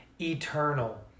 eternal